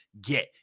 get